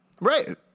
right